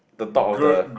the top of the